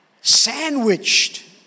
sandwiched